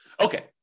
Okay